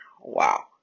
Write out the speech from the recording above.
wow